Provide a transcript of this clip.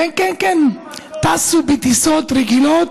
שכרו, שכרו